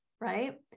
right